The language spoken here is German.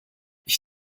ich